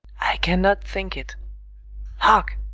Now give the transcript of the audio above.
i cannot think it hark!